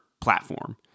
platform